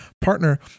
partner